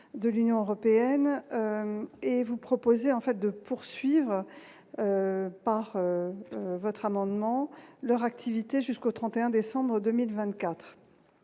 de l'Union européenne et vous proposez en fait de poursuivre par votre amendement leur activité jusqu'au 31 décembre 2024.